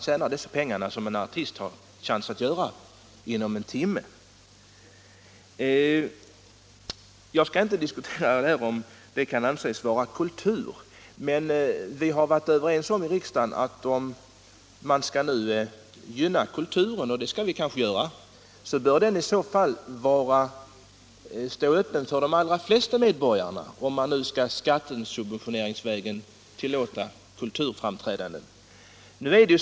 Jag skall inte här diskutera om framträdanden av detta slag kan anses vara kultur, men vi har i riksdagen varit överens om att möjligheten till skattesubventionering av kulturframträdanden bör stå öppen för alla medborgare, om vi nu skall gynna kulturen, och det skall vi kanske göra.